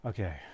Okay